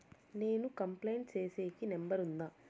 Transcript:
నేను కంప్లైంట్ సేసేకి నెంబర్ ఉందా?